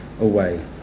away